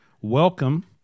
welcome